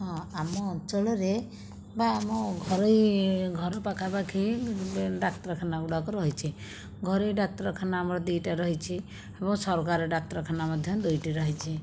ହଁ ଆମ ଅଞ୍ଚଳରେ ବା ଆମ ଘରୋଇ ଘର ପାଖାପାଖି ଡାକ୍ତରଖାନା ଗୁଡ଼ାକ ରହିଛି ଘରୋଇ ଡାକ୍ତରଖାନା ଆମର ଦୁଇ ଟା ରହିଛି ଏବଂ ସରକାରୀ ଡାକ୍ତରଖାନା ମଧ୍ୟ ଦୁଇ ଟି ରହିଛି